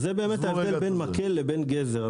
אז זה באמת ההבדל בין מקל לבין גזר.